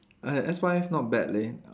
ah S_Y_F not bad leh